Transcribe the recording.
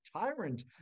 tyrant